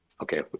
okay